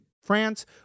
france